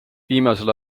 viimasel